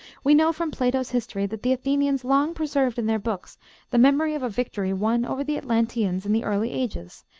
we know from plato's history that the athenians long preserved in their books the memory of a victory won over the atlanteans in the early ages,